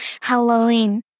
Halloween